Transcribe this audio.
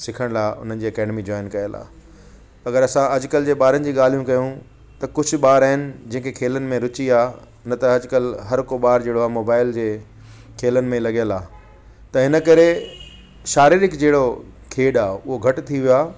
सिखणु लाइ उन्हनि जी अकेडमी जॉइन कयल आहे अगरि असां अॼुकल्ह जे ॿारनि जी ॻाल्हियूं कयूं त कुझु ॿार आहिनि जेके खेलनि में रुची आहे न त अॼुकल्ह हर को ॿारु जहिड़ो आहे मोबाइल जे खेलनि में लॻियल आहे त हिन करे शारिरीक जहिड़ो खेॾ आहे उहो घटि थी वियो आहे